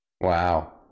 Wow